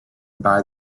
buy